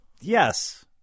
Yes